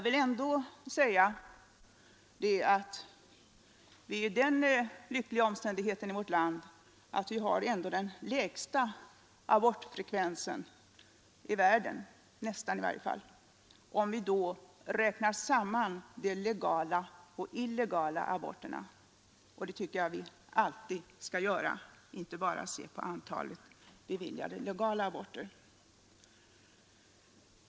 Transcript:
Vi är ändå i den lyckliga omständigheten i vårt 97 Nr 60 land att vi har den nästan lägsta abortfrekvensen i världen, om vi räknar Onsdagen den samman de legala och de illegala aborterna. Det tycker jag att vi alltid 4 april 1973 skall göra och inte bara se på antalet beviljade legala aborter.